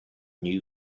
new